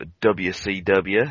WCW